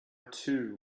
too